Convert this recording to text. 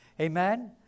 Amen